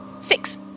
six